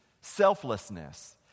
selflessness